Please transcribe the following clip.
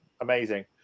amazing